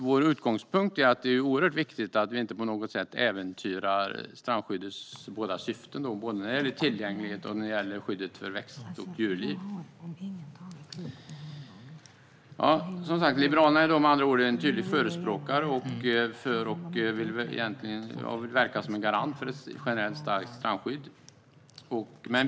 Vår utgångspunkt är att det är oerhört viktigt att vi inte äventyrar strandskyddets syften, som gäller både tillgängligheten och skyddet för växt och djurliv. Liberalerna är med andra ord en tydlig förespråkare av ett generellt starkt strandskydd och vill verka som en garant för det.